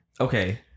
Okay